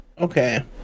okay